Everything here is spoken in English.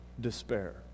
despair